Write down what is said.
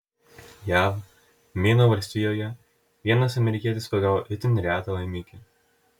jav meino valstijoje vienas amerikietis pagavo itin retą laimikį